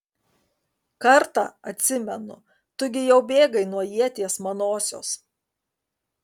kartą atsimenu tu gi jau bėgai nuo ieties manosios